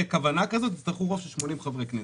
כוונה כזאת יצטרכו רוב של 80 חברי כנסת.